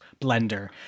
blender